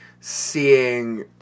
seeing